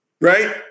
Right